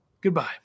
Goodbye